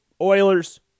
Oilers